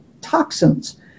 toxins